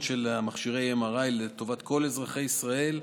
של מכשירי MRI לטובת כל אזרחי ישראל,